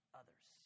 others